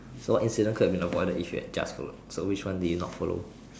so what incident could have been avoided if you have just followed so which one did you not follow